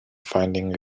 finding